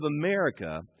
America